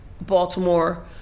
Baltimore